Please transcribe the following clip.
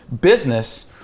business